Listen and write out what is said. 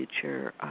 future